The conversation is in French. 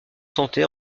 santé